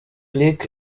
lick